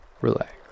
relax